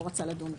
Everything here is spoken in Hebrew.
לא רצה לדון בזה.